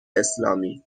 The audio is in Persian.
اسلامی